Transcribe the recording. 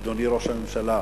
אדוני ראש הממשלה,